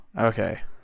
Okay